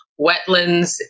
wetlands